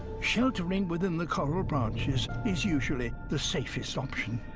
sheltering within the coral branches is usually the safest option,